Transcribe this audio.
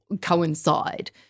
coincide